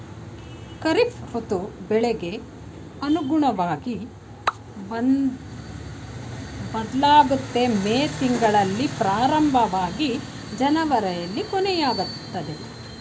ಖಾರಿಫ್ ಋತು ಬೆಳೆಗ್ ಅನುಗುಣ್ವಗಿ ಬದ್ಲಾಗುತ್ತೆ ಮೇ ತಿಂಗ್ಳಲ್ಲಿ ಪ್ರಾರಂಭವಾಗಿ ಜನವರಿಲಿ ಕೊನೆಯಾಗ್ತದೆ